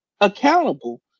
accountable